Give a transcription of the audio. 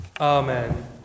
Amen